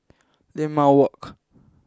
Limau Walk